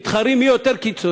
הם מתחרים מי יותר קיצוני: